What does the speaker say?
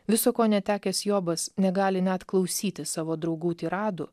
viso ko netekęs jobas negali net klausytis savo draugų tiradų